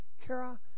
Kara